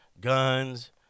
guns